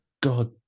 God